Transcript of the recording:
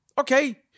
Okay